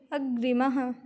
अग्रिमः